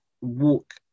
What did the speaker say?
walk